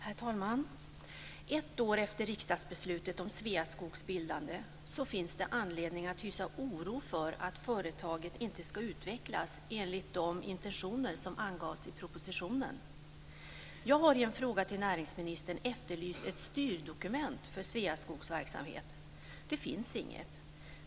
Herr talman! Ett år efter riksdagsbeslutet om Sveaskogs bildande finns det anledning att hysa oro för att företaget inte ska utvecklas enligt de intentioner som angavs i propositionen. Jag har i en fråga till näringsministern efterlyst ett styrdokument för Sveaskogs verksamhet. Det finns inget.